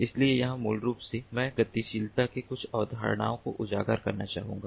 इसलिए यहां मूल रूप से मैं गतिशीलता की कुछ अवधारणाओं को उजागर करना चाहूंगा